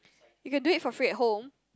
you can do it for free at home